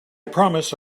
promise